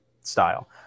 style